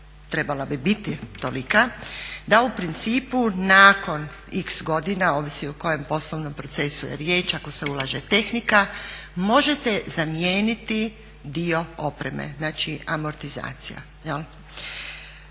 trebala bi biti tolika da u principu nakon x godina, ovisi o kojem poslovnom procesu je riječ, ako se ulaže tehnika, možete zamijeniti dio opreme, znači amortizacija.